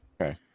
Okay